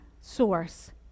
source